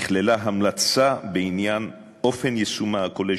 נכללה המלצה בעניין אופן יישומה הכולל